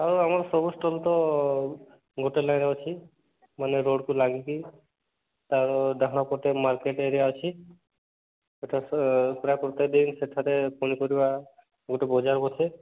ଆଉ ଆମର ସବୁ ଷ୍ଟଲ୍ ତ ଗୋଟେ ଜାଗାରେ ଅଛି ମାନେ ରୋଡ୍କୁ ଲାଗିକି ତାର ଡାହାଣ ପଟେ ମାର୍କେଟ୍ ଏରିଆ ଅଛି ସେଠାରେ ପନିପରିବା ବହୁତ ବଜାର ବସେ